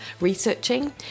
researching